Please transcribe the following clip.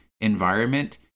environment